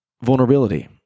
vulnerability